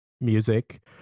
music